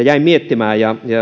jäin miettimään ja